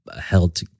held